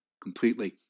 completely